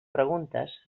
preguntes